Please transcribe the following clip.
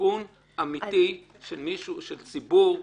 לסיכון אמיתי של ציבור מסוים,